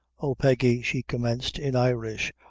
oh, peggy, she commenced in irish,